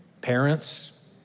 parents